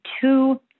two